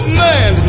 man